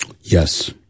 Yes